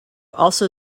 also